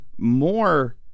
more